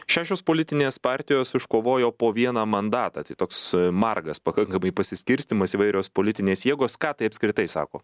šešios politinės partijos iškovojo po vieną mandatą tai toks margas pakankamai pasiskirstymas įvairios politinės jėgos ką tai apskritai sako